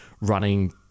running